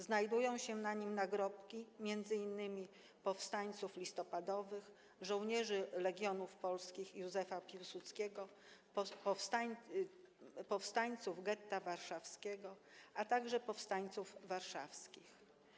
Znajdują się tam nagrobki m.in. powstańców listopadowych, żołnierzy Legionów Polskich Józefa Piłsudskiego, powstańców getta warszawskiego, a także powstańców warszawskich.